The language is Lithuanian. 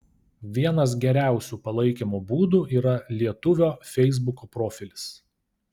vienas geriausių palaikymo būdų yra lietuvio feisbuko profilis